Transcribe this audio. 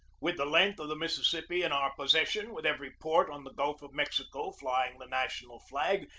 with the length of the mississippi in our possession, with every port on the gulf of mexico flying the national flag,